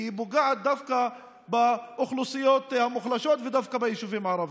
כי היא פוגעת דווקא באוכלוסיות המוחלשות ודווקא ביישובים הערביים.